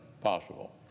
possible